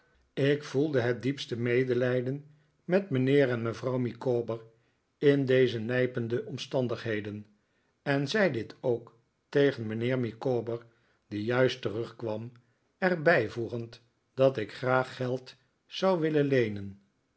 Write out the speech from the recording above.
ik voelde het diepste medelijden met mijnheer en mevrouw micawber in deze nijpende omstandigheden en zei dit ook tegen mijnheer micawber die juist terugkwam er bijvoegend dat ik graag geld zou willen hebben